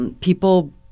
People